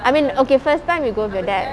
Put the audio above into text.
I mean okay first time you go with your dad